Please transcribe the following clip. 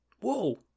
Whoa